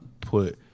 put